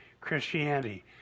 Christianity